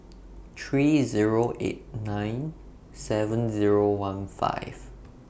three Zero eight nine seven Zero one five